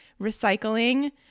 recycling